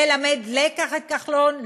ללמד לקח את כחלון?